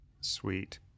Sweet